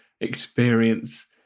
experience